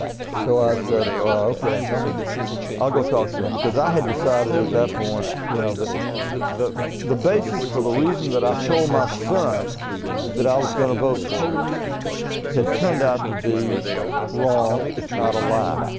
so i said okay i'll go talk to him because i had decided at that point you know that that the the basis for the reason that i told my son that i was going to vote for it had turned out to be wrong, if not a lie.